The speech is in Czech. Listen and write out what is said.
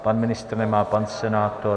Pan ministr nemá, pan senátor?